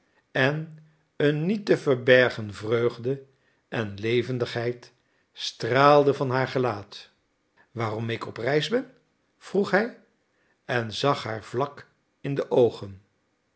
en een niet te verbergen vreugde en levendigheid straalden van haar gelaat waarom ik op reis ben vroeg hij en zag haar vlak in de oogen